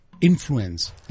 Influence